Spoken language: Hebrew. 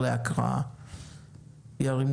מאזן מקביל,